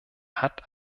hat